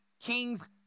king's